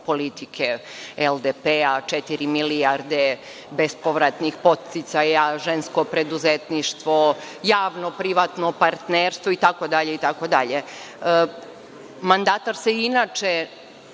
politike LDP, četiri milijarde bespovratnih podsticaja, žensko preduzetništvo, javno privatno partnerstvo itd. Mandatar se inače